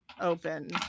open